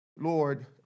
Lord